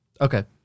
Okay